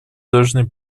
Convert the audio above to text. должны